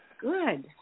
Good